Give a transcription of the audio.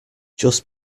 just